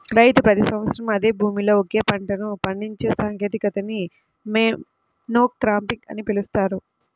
రైతు ప్రతి సంవత్సరం అదే భూమిలో ఒకే పంటను పండించే సాంకేతికతని మోనోక్రాపింగ్ అని పిలుస్తారు